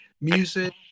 music